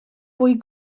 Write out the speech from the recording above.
fwy